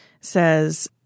says